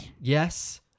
Yes